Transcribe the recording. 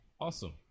awesome